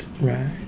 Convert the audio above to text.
right